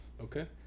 Okay